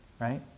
right